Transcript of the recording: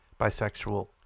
bisexual